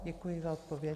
Děkuji za odpověď.